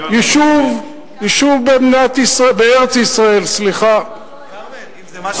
יישוב במדינת ישראל, בארץ-ישראל, סליחה.